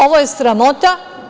Ovo je sramota.